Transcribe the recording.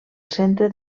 centre